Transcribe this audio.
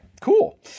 cool